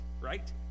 right